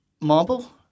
marble